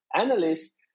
analysts